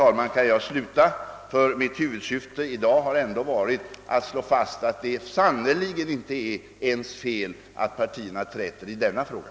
Därmed kan jag sluta, ty mitt huvudsyfte i dag har varit att slå fast att det sannerligen inte är ena partens fel att vi träter i denna fråga.